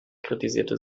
kritisierte